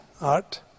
Art